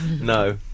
No